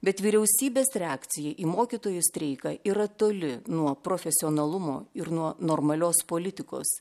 bet vyriausybės reakcija į mokytojų streiką yra toli nuo profesionalumo ir nuo normalios politikos